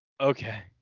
Okay